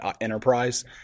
enterprise